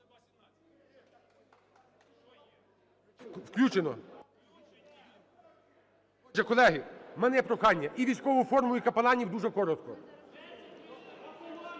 Включено. Отже, колеги, у мене є прохання: і військову форму, і капеланів дуже коротко.